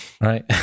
right